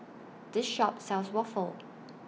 This Shop sells Waffle